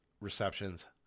receptions